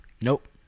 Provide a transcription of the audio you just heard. Nope